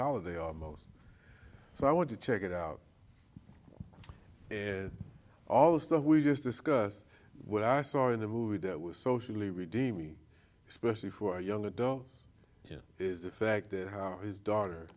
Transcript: holiday are most so i want to check it out and all the stuff we just discussed what i saw in the movie that was socially redeeming especially for young adults is the fact that how his daughter